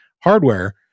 hardware